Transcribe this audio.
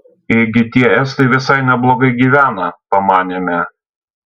ėgi tie estai visai neblogai gyvena pamanėme